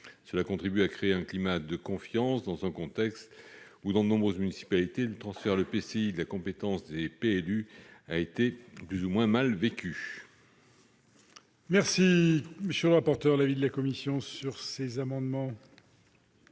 Cela contribue à créer un climat de confiance dans un contexte où, dans de nombreuses municipalités, le transfert à l'EPCI de la compétence « PLU » a été plus ou moins mal vécu.